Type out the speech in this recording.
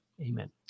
Amen